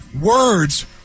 words